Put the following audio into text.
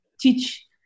teach